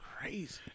crazy